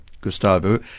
Gustavo